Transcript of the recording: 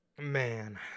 Man